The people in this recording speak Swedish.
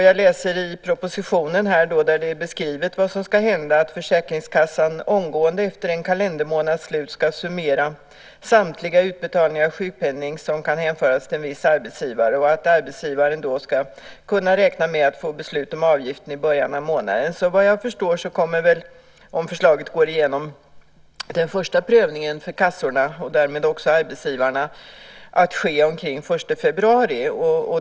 Jag läser i propositionen, där det är beskrivet vad som ska hända, att försäkringskassan omgående efter en kalendermånads slut ska summera samtliga utbetalningar av sjukpenning som kan hänföras till en viss arbetsgivare och att arbetsgivaren då ska kunna räkna med att få beslut om avgiften i början av månaden. Vad jag förstår kommer, om förslaget går igenom, den första prövningen för kassorna, och därmed också arbetsgivarna, att ske omkring den 1 februari.